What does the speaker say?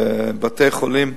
בבתי-חולים,